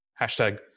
Hashtag